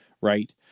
right